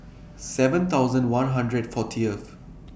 seven thousand one hundred and forty